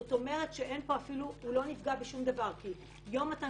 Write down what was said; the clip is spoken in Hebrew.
זאת אומרת שהוא לא נפגע משום דבר כי יום מתן